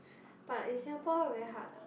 but in Singapore very hard lah